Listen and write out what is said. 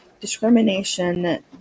discrimination